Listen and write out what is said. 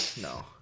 no